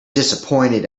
disappointed